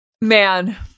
Man